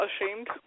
ashamed